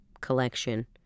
collection